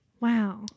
Wow